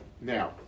Now